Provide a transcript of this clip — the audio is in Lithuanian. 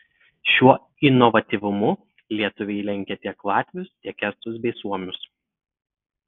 šiuo inovatyvumu lietuviai lenkia tiek latvius tiek estus bei suomius